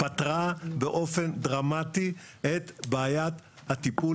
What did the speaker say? פתרה באופן דרמטי את בעיית הטיפול